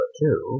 two